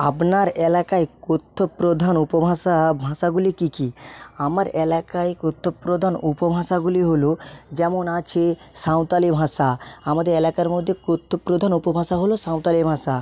আপনার এলাকায় কথ্য প্রধান উপভাষা ভাষাগুলি কি কি আমার এলাকায় কথ্য প্রধান উপভাষাগুলি হলো যেমন আছে সাঁওতালি ভাষা আমাদের এলাকার মধ্যে কথ্য প্রধান উপভাষা হলো সাঁওতালি ভাষা